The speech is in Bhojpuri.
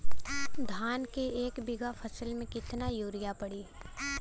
धान के एक बिघा फसल मे कितना यूरिया पड़ी?